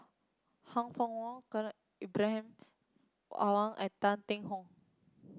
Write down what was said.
Han Fook Kwang Ibrahim Awang and Tan Yee Hong